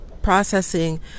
processing